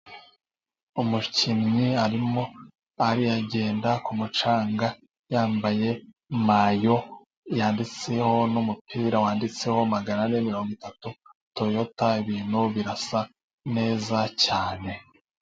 Umukinnyi arimo agenda ku mucanga yambaye mayo yanditseho n'umupira wanditseho magana ane mirongo itatu toyota ibintu birasa neza cyane.